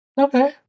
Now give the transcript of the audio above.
Okay